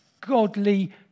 godly